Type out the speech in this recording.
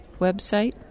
website